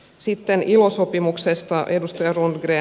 sitten ilo sopimuksesta edustaja rundgren